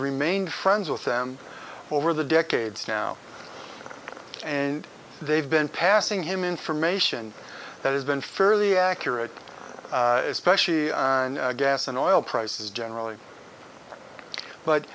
remained friends with them over the decades now and they've been passing him information that has been fairly accurate especially gas and oil prices generally but